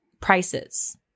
prices